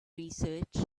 research